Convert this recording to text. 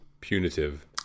punitive